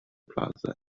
plaza